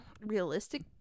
realistic